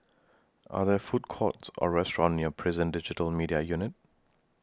Are There Food Courts Or restaurants near Prison Digital Media Unit